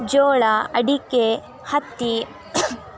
ಜೋಳ ಅಡಿಕೆ ಹತ್ತಿ